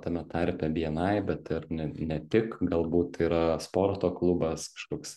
tame tarpe bni bet ir ne tik galbūt tai yra sporto klubas kažkoks